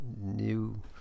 new